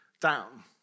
down